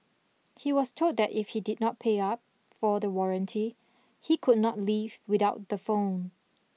he was told that if he did not pay up for the warranty he could not leave without the phone